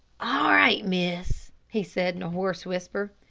all right, miss, he said in a hoarse whisper,